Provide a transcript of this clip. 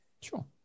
Sure